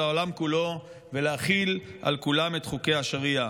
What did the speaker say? העולם כולו ולהכיל על כולם את חוקי השריעה.